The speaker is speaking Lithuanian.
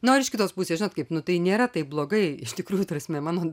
na o ir iš kitos pusės žinot kaip nu tai nėra taip blogai iš tikrųjų ta prasme mano